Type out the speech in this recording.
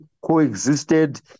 coexisted